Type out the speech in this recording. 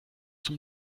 zum